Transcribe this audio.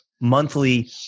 monthly